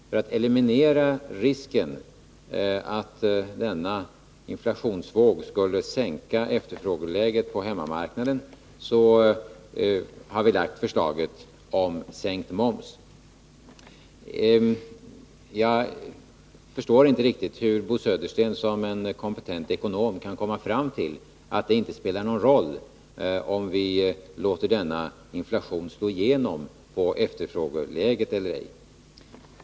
För att eliminera risken att denna inflationsvåg sänker efterfrågeläget på hemmamarknaden, har vi lagt fram förslag om sänkt moms. Jag förstår inte riktigt hur Bo Södersten, som är en kompetent ekonom, kan komma fram till att det inte spelar någon roll om vi låter denna inflation slå igenom på efterfrågeläget eller ej.